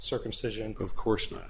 circumcision of course not